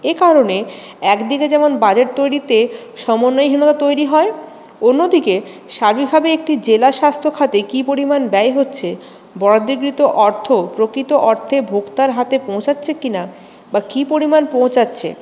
এ কারণে একদিকে যেমন বাজেট তৈরিতে সমন্বয়হীনতা তৈরি হয় অন্যদিকে সার্বিক ভাবে একটি জেলা স্বাস্থ্যখাতে কি পরিমাণ ব্যয় হচ্ছে বরাদ্দকৃত অর্থ প্রকৃত অর্থে ভোক্তার হাতে পৌঁছাচ্ছ কিনা বা কি পরিমাণ পৌঁছাচ্ছ